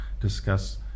discuss